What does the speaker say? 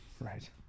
Right